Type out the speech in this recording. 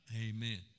Amen